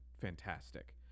fantastic